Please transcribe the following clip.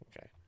Okay